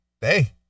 Hey